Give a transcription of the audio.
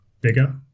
bigger